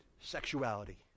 sexuality